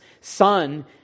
son